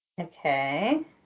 Okay